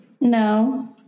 no